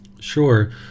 Sure